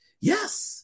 Yes